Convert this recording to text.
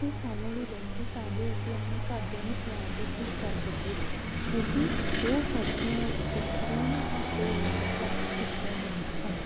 ਤੂੰ ਸਾਨੂੰ ਵੀ ਦੱਸੀ ਤਾਂ ਜੋ ਅਸੀਂ ਆਪਣੇ ਘਰਦਿਆਂ ਨੂੰ ਖਿਲਾ ਕੇ ਖੁਸ਼ ਕਰ ਸਕੀਏ ਕਿਉਂਕਿ ਉਹ ਸਬਜ਼ੀਆਂ ਬਿਹਤਰੀਨ ਅਤੇ ਲਾਜਵਾਬ ਸਬਜ਼ੀਆਂ ਬਣੀਆਂ ਸਨ